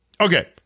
Okay